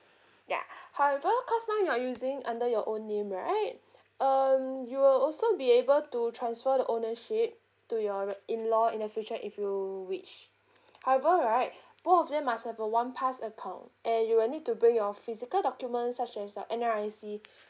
yeah however cause now you are using under your own name right um you will also be able to transfer the ownership to your in-law in the future if you wish however right both of them must have a OnePass account and you will need to bring your physical documents such as your N_R_I_C